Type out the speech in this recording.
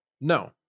No